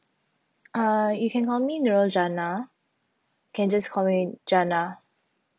uh you can call me nurul janna can just call me janna